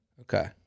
Okay